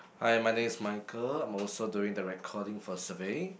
hi my name is Michael I'm also doing the recording for survey